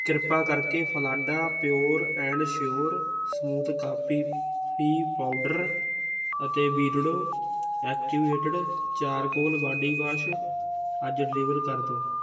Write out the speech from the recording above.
ਕਿਰਪਾ ਕਰਕੇ ਫਾਲਾਡਾ pure and sure smooth coffee powder ਅਤੇ ਬਿਰਡੋ ਐਕਟੀਵੇਟਿਡ ਚਾਰਕੋਲ ਬਾਡੀਵਾਸ਼ ਅੱਜ ਡਿਲੀਵਰ ਕਰ ਦਿਉ